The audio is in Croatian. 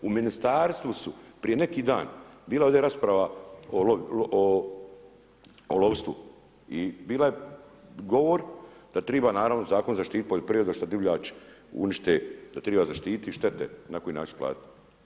U Ministarstvu su prije neki dan bila je ovdje rasprava o lovstvu i bila je govor da treba naravno Zakon zaštititi poljoprivredu što divljač unište, da treba zaštititi štete na koji način platiti.